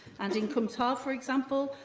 and, in cwm taf, for example,